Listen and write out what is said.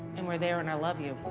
and were there, and i love you.